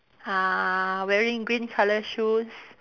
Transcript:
uh wearing green colour shoes